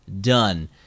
done